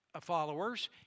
followers